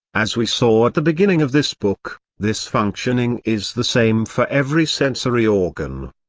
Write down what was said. as we saw at the beginning of this book, this functioning is the same for every sensory organ.